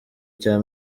cya